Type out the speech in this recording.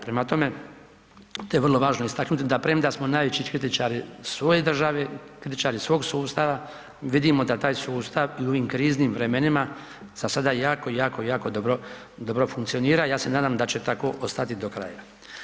Prema tome, to je vrlo važno istaknuti da premda smo najveći kritičari svoje države, kritičari svog sustava vidimo da taj sustav i u ovim kriznim vremenima za sada jako, jako, jako dobro funkcionira i ja se nadam da će tako ostati do kraja.